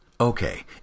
Okay